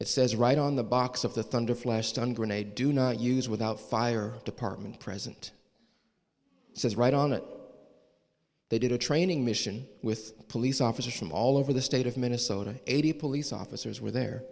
it says right on the box of the thunder flashed on grenade do not use without fire department present says right on it they did a training mission with police officers from all over the state of minnesota eighty police officers were there